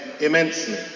immensely